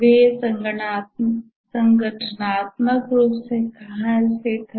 वे संगठनात्मक रूप से कहाँ स्थित हैं